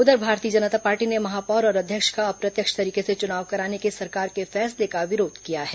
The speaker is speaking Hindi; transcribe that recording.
उधर भारतीय जनता पार्टी ने महापौर और अध्यक्ष का अप्रत्यक्ष तरीके से चुनाव कराने के सरकार के फैसले का विरोध किया है